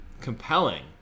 compelling